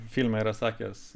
filme yra sakęs